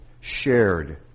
shared